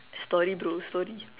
story bro story